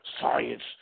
science